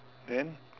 then